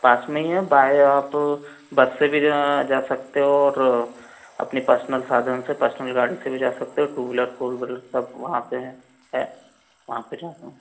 पास में ही है बाय आप बस से भी जा सकते हो और अपने पर्सनल साधन पर्सनल गाड़ी से भी जा सकते हो टू व्हीलर फोर विलर सब वहाँ पर है है वहाँ पर